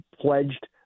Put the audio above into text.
pledged